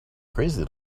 crazy